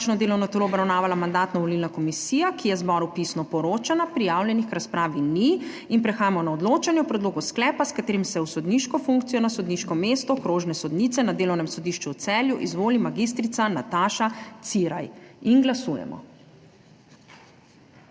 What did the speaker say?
matično delovno telo obravnavala Mandatno-volilna komisija, ki je zboru pisno poročala. Prijavljenih k razpravi ni. Prehajamo na odločanje o predlogu sklepa, s katerim se v sodniško funkcijo na sodniško mesto okrožne sodnice na Delovnem sodišču v Celju izvoli mag. Nataša Ciraj. Glasujemo.